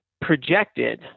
projected